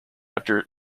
after